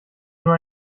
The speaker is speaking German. nur